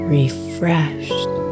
refreshed